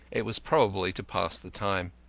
it was probably to pass the time.